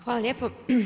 Hvala lijepo.